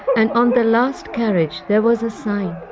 and on the last carriage there was a sign.